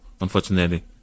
unfortunately